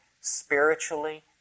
spiritually